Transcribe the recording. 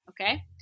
okay